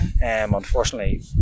unfortunately